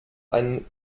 einen